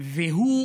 והוא